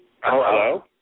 Hello